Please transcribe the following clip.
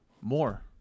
More